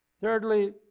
Thirdly